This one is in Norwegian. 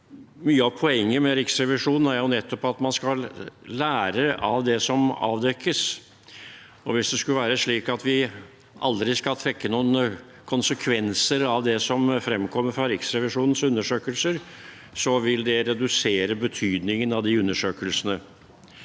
Mye av poenget med Riksrevisjonen er nettopp at man skal lære av det som avdekkes. Hvis det skulle være slik at vi aldri skal trekke noen konsekvenser av det som fremkommer fra Riksrevisjonens undersøkelser, vil det redusere betydningen av de undersøkelsene.